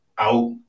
out